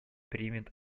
примет